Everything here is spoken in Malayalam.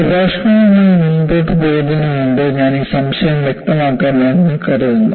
പ്രഭാഷണവുമായി മുന്നോട്ടുപോകുന്നതിനുമുമ്പ് ഞാൻ ഈ സംശയം വ്യക്തമാക്കാം എന്ന് കരുതുന്നു